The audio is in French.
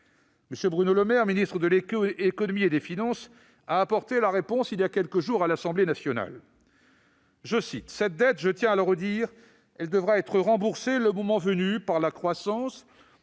M. Bruno Le Maire, ministre de l'économie, des finances et de la relance, a apporté la réponse, il y a quelques jours, à l'Assemblée nationale :« Cette dette, je tiens à le redire, elle devra être remboursée le moment venu par la croissance,